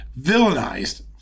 villainized